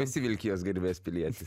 esi vilkijos garbės pilietis